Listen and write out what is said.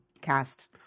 cast